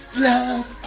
love?